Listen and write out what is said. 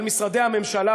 על משרדי הממשלה,